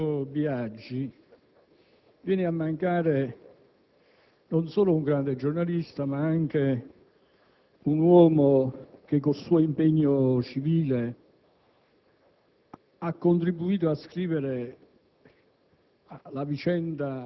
Presidente, con Enzo Biagi viene a mancare non solo un grande giornalista, ma anche un uomo che con il suo impegno civile